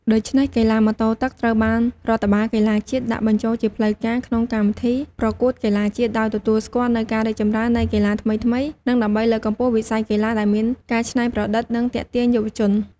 ដូច្នេះកីឡាម៉ូតូទឹក ត្រូវបានរដ្ឋបាលកីឡាជាតិដាក់បញ្ចូលជាផ្លូវការក្នុងកម្មវិធីប្រកួតកីឡាជាតិ ដោយទទួលស្គាល់នូវការរីកចម្រើននៃកីឡាថ្មីៗ និងដើម្បីលើកកម្ពស់វិស័យកីឡាដែលមានការច្នៃប្រឌិត និងទាក់ទាញយុវជន។